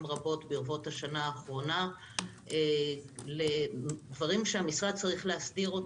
רבות במשך השנה האחרונה לדברים שהמשרד צריך להסדיר.